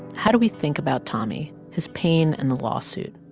how do we think about tommy, his pain and the lawsuit?